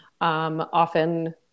often